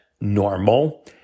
normal